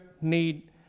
need